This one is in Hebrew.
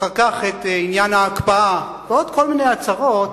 ואחר כך את עניין ההקפאה ועוד כל מיני הצהרות,